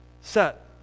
set